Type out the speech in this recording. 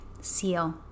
Seal